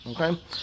Okay